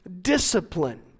discipline